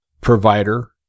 provider